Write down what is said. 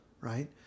right